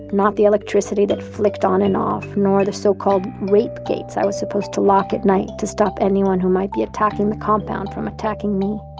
not the electricity that flicked on and off. nor the so-called rape gates, i was supposed to lock at night, to stop anyone who might be attacking the compound from attacking me.